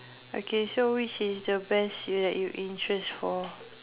okay so which is your best that you interest for